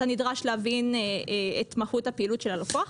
אתה נדרש להבין את מהות הפעילות של הלקוח.